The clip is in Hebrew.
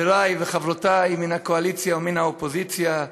חברי וחברותי מן הקואליציה ומן האופוזיציה,